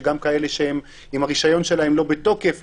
שגם כאלה שהרישיון שלהם לא בתוקף,